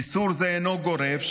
איסור זה אינו גורף,